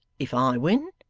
if i win,